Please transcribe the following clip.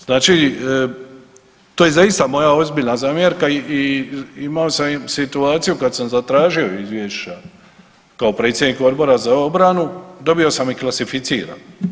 Znači to je zaista moja ozbiljna zamjerka i imao sam situaciju kada sam zatražio izvješća kao predsjednik Odbora za obranu, dobio sam ih klasificirane.